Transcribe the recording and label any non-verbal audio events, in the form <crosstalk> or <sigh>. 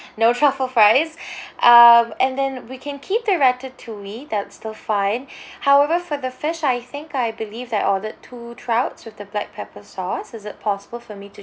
no truffle fries <breath> um and then we can keep the ratatouille that's still fine <breath> however for the fish I think I believe that I ordered two trouts with the black pepper sauce is it possible for me to